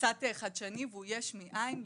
חדשני יש מאין,